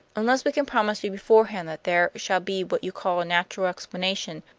unless we can promise you beforehand that there shall be what you call a natural explanation,